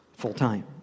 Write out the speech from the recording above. full-time